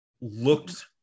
looked